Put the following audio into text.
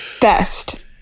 best